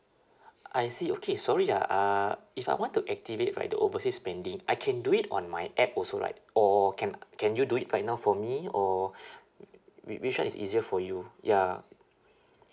I see okay sorry ah uh if I want to activate right the overseas spending I can do it on my app also right or can can you do it right now for me or whi~ which one is easier for you ya